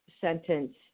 sentence